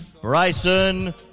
Bryson